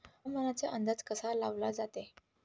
हवामानाचा अंदाज कसा लावला जाते?